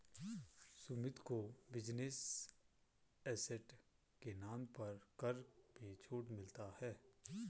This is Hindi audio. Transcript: सुमित को बिजनेस एसेट के नाम पर कर में छूट मिलता है